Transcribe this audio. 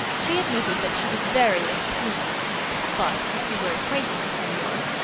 she admitted that she was very exclusive but, if he were acquainted with new york,